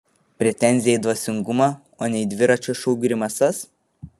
pretenzija į dvasingumą o ne į dviračio šou grimasas